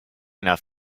enough